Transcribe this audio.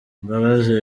mbabazi